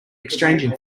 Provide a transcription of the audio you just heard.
exchanging